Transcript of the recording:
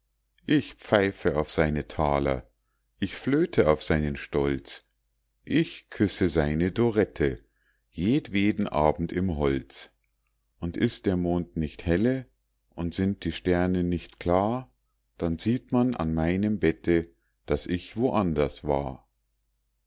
ich pfeife auf seine taler ich flöte auf seinen stolz ich küsse seine dorette jedweden abend im holz und ist der mond nicht helle und sind die sterne nicht klar dann sieht man an meinem bette daß ich wo anders war